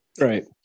right